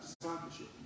discipleship